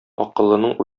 акыллының